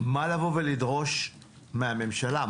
מה לבוא ולדרוש מהממשלה.